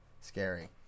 scary